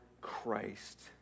Christ